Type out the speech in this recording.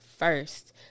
first